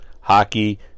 hockey